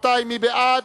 מי בעד?